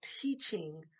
teaching